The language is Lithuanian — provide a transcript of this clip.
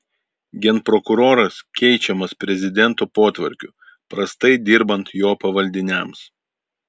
genprokuroras keičiamas prezidento potvarkiu prastai dirbant jo pavaldiniams